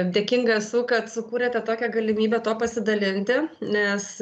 dėkinga esu kad sukūrėte tokią galimybę tuo pasidalinti nes